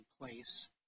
place